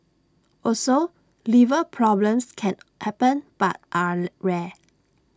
also liver problems can happen but are rare